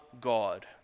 god